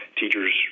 teachers